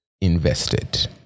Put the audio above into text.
invested